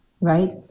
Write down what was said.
right